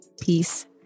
peace